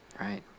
right